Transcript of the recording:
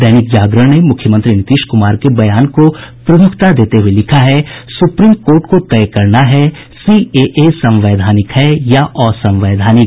दैनिक जागरण ने मुख्यमंत्री नीतीश कुमार के बयान को प्रमुखता देते हुये लिखा है सुप्रीम कोर्ट को तय करना है सीएए संवैधानिक है या असंवैधानिक